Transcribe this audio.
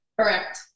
Correct